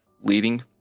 leading